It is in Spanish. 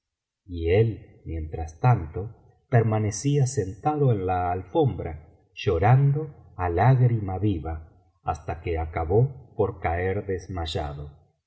él mientras tanto permanecía sentado en la alfombra llorando á lágrima viva hasta que acabó por caer desmayado